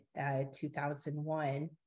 2001